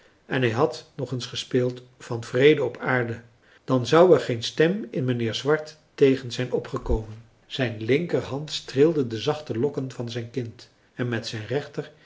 en hij had nog eens gespeeld van vrede op aarde dan zou er geen stem in mijnheer swart tegen zijn opgekomen zijn linkerhand streelde de zachte lokken van zijn kind en met zijn rechter